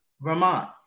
Vermont